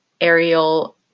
aerial